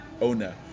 owner